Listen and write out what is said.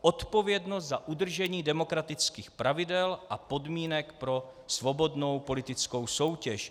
Odpovědnost za udržení demokratických pravidel a podmínek pro svobodnou politickou soutěž.